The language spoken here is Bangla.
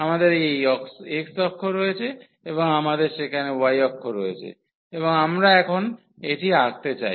আমাদের এই x অক্ষ রয়েছে এবং আমাদের সেখানে y অক্ষ রয়েছে এবং আমরা এখন এটি আঁকতে চাই